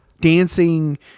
dancing